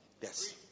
Yes